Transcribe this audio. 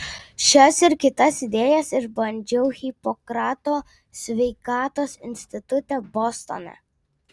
šias ir kitas idėjas išbandžiau hipokrato sveikatos institute bostone